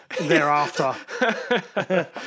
thereafter